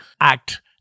act